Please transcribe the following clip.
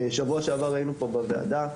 שבוע שעבר היינו פה בוועדה,